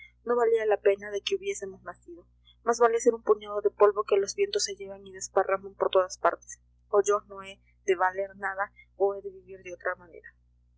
no valía la pena de que hubiésemos nacido más vale ser un puñado de polvo que los vientos se llevan y desparraman por todas partes o yo no he de valer nada o he de vivir de otra manera